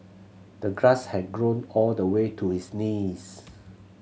the grass had grown all the way to his knees